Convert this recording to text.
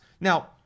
Now